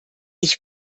ich